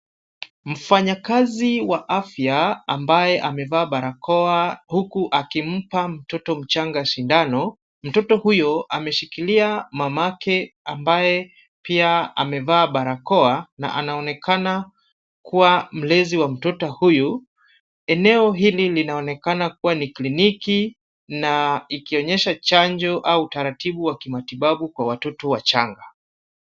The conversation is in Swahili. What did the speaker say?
Mfanyakazi wa afya ambaye amevaa barakoa huku akimpa mtoto mchanga sindano. Mtoto huyo ameshikilia mamake ambaye pia amevaa barakoa na anaonekana kuwa mlezi wa mtoto huyu. Eneo hili linaonekana kuwa ni kliniki na ikionyesha chanjo au utaratibu wa kimatibabu kwa watoto wachanga.